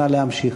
נא להמשיך.